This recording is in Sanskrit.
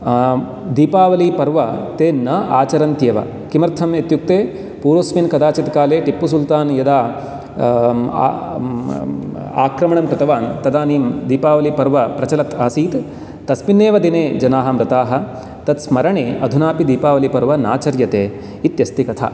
दीपावलिपर्व ते न आचरन्ति एव किमर्थम् इत्युक्ते पूर्वस्मिन् कदाचित् काले टिप्पुसुल्तान् यदा आक्रमणं कृतवान् तदानीं दीपावलिपर्व प्रचलत् आसीत् तस्मिन्नेव दिने जनाः मृताः तत्स्मरणे अधुनापि दीपावलिपर्व नाचर्यते इत्यस्ति कथा